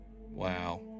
Wow